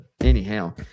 anyhow